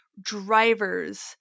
drivers